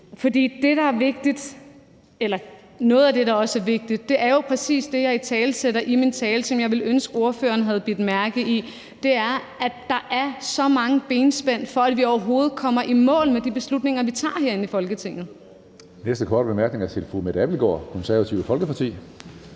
eller noget af det, der også er vigtigt, er jo præcis det, jeg italesætter i min tale, som jeg ville ønske ordføreren havde bidt mærke i, nemlig at der er så mange benspænd for, at vi overhovedet kommer i mål med de beslutninger, vi tager herinde i Folketinget.